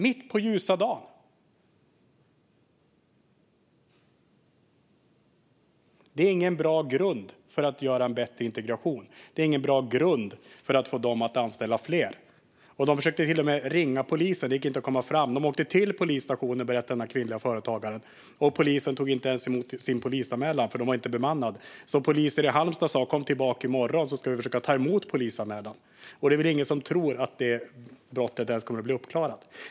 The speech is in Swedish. Detta är ingen bra grund för att få till en bättre integration. Det är heller ingen bra grund för att få dem att anställa fler. De försökte till och med att ringa polisen, men det gick inte att komma fram. Den kvinnliga företagaren berättade att de åkte till polisstationen. Polisen tog dock inte ens emot polisanmälan, för polisen var inte bemannad. Polisen i Halmstad sa: Kom tillbaka i morgon, så ska vi försöka att ta emot polisanmälan. Det är väl ingen som tror att detta brott kommer att bli uppklarat.